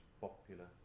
popular